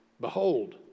behold